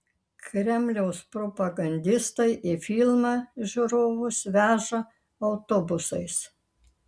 kremliaus propagandistai į filmą žiūrovus veža autobusais